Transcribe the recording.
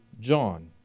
john